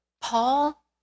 Paul